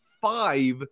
five